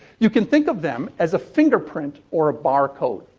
you can think of them as a fingerprint or a bar code.